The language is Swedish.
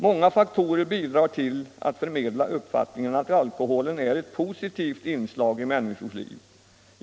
Många faktorer bidrar till att förmedla uppfattningen att alkohol är ett positivt inslag i människors liv.